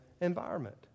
environment